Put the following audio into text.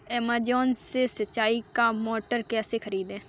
Amazon से सिंचाई का मोटर कैसे खरीदें?